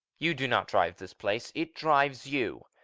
you do not drive this place it drives you.